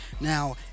Now